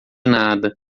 nada